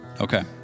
Okay